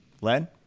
Len